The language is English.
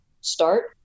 start